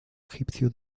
egipcio